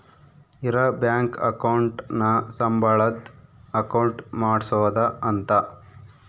ಇರ bank account ನ ಸಂಬಳದ್ ಅಕೌಂಟ್ ಮಾಡ್ಸೋದ ಅಂತ